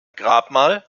grabmal